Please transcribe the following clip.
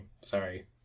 sorry